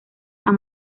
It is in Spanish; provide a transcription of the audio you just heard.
han